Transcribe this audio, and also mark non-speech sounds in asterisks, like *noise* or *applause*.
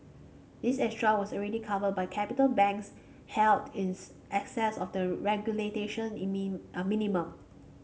this extra was already covered by capital banks held *unintelligible* excess of the regulation *unintelligible* minimum